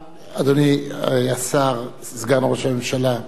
אדוני השר, סגן ראש הממשלה, בבקשה.